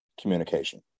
communication